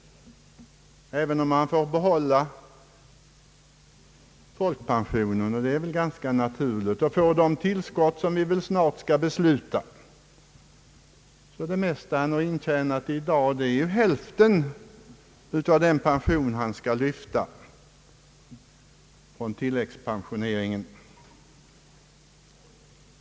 även om han får behålla folkpensionen — och det är väl ganska naturligt — och får de tillskott som vi snart skall besluta om, har han i dag för det mesta intjänat bara hälften av pensionen från tilläggspensioneringen.